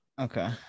Okay